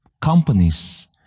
Companies